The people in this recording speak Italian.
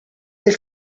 del